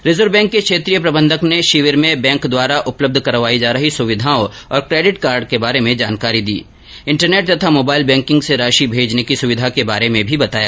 reserve bank के क्षेत्रीय प्रबंधक ने शिविर में बैंक द्वारा उपलब्ध कराई जा रही सुविधाओं और केडिट कार्ड के बारे में जानकारी दी और इंटरनेट तथा मोबाइल बैंकिंग से राशि भेजने की सुविधा के बारे में भी बताया